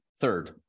Third